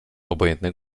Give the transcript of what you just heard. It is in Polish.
obojętny